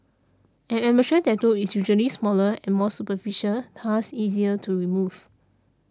an amateur tattoo is usually smaller and more superficial thus easier to remove